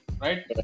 right